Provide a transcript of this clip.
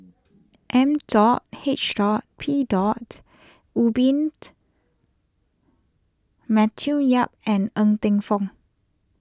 M dot H dot P dot Rubin Matthew Yap and Ng Teng Fong